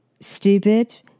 stupid